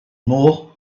more